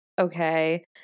okay